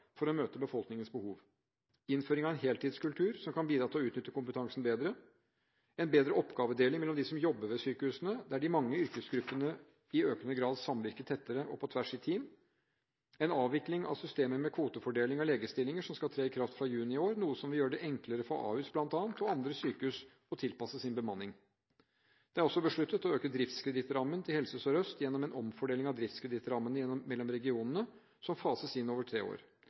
for å møte befolkningens behov innføring av en heltidskultur som kan bidra til å utnytte kompetansen bedre en bedre oppgavedeling mellom dem som jobber ved sykehusene, der de mange yrkesgruppene i økende grad samvirker tettere og på tvers i team en avvikling av systemet med kvotefordeling av legestillinger som skal tre i kraft fra juni i år – noe som vil gjøre det enklere for Ahus og andre sykehus å tilpasse sin bemanning Det er også besluttet å øke driftskredittrammen til Helse Sør-Øst gjennom en omfordeling av driftskredittrammene mellom regionene, som fases inn over tre år.